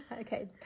Okay